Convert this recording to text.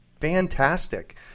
Fantastic